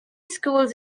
schools